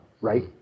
right